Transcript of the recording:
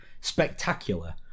spectacular